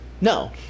No